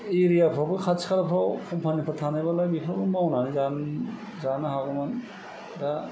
एरियाफ्रावबो खाथि खालाफ्राव कम्पानिफोर थानायबालाय बेफ्रावबो मावनानै जानो हागौमोन दा